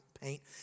paint